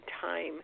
time